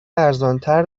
ارزانتر